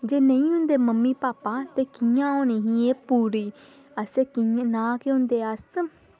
जे नेईं होंदे मम्मी भापा ते कियां होनी ही एह् पूरी ते इंया ना गै होंदे अस